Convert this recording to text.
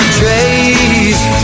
trace